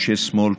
אנשי שמאל,